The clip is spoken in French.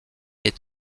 est